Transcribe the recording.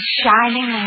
shining